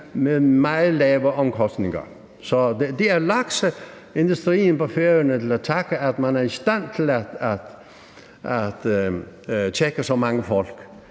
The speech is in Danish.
med meget lave omkostninger. Så det er lakseindustrien på Færøerne, man kan takke for, at man er i stand til at tjekke så mange folk.